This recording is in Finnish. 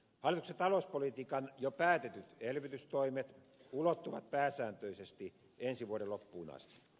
hallituksen talouspolitiikan jo päätetyt elvytystoimet ulottuvat pääsääntöisesti ensi vuoden loppuun asti